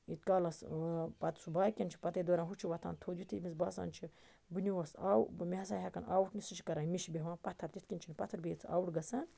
ییٖتِس کالَس باقیَن چھُ پَتے دوران ہُہ چھُ وۄتھان تھوٚد یُتھُے امس باسان چھُ بہٕ نیوہَس آو مےٚ ہَسا ہیٚکَن اَوُٹ نِتھ سُہ چھُ کَران مِشہِ بہوان پَتھَر تِتھ کنۍ چھُ نہٕ پَتھَر بِہِتھ اَوُٹ گَژھان